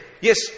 Yes